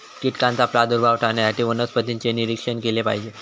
कीटकांचा प्रादुर्भाव टाळण्यासाठी वनस्पतींचे निरीक्षण केले पाहिजे